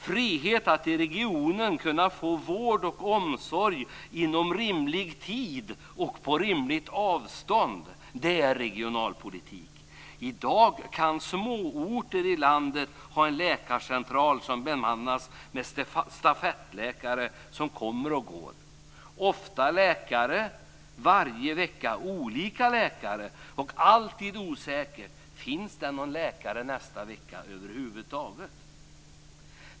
Frihet är att i regionen kunna få vård och omsorg inom rimlig tid och på rimligt avstånd. Det är regionalpolitik. I dag kan småorter i landet ha en läkarcentral som bemannas med stafettläkare som kommer och går. Varje vecka är det olika läkare, och det är alltid osäkert om det finns någon läkare över huvud taget nästa vecka.